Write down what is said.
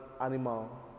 animal